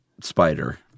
spider